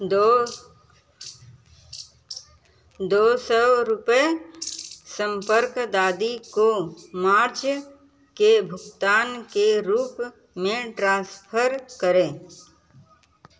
दो सौ रुपये संपर्क दादी को मार्च के भुगतान के रूप में ट्रांसफ़र करें